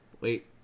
Wait